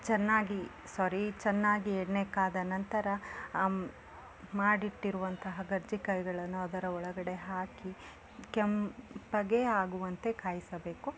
ಚೆನ್ನಾಗಿ ಸ್ವಾರಿ ಚೆನ್ನಾಗಿ ಎಣ್ಣೆ ಕಾದ ನಂತರ ಮಾಡಿಟ್ಟಿರುವಂತಹ ಕರ್ಜಿ ಕಾಯಿಗಳನ್ನು ಅದರ ಒಳಗಡೆ ಹಾಕಿ ಕೆಂಪಗೆ ಆಗುವಂತೆ ಕಾಯಿಸಬೇಕು